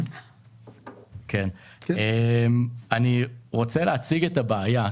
אני רוצה להציג את הבעיה.